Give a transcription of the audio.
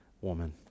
woman